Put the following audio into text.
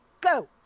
go